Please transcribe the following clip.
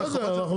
בסדר.